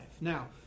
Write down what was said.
Now